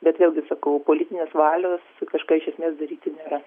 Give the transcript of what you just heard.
bet vėlgi sakau politinės valios kažką iš esmės daryti nėra